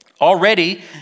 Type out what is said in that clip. Already